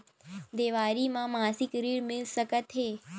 देवारी म मासिक ऋण मिल सकत हे?